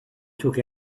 took